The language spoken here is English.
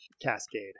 Cascade